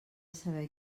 saber